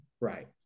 right